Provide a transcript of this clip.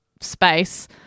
space